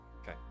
Okay